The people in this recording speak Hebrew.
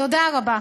תודה רבה.